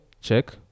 check